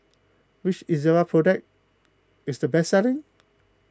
which Ezerra product is the best selling